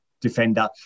defender